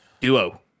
duo